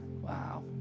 Wow